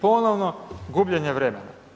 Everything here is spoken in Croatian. Ponovno gubljenje vremena.